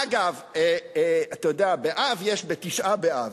אגב, אתה יודע, באב יש את תשעה באב,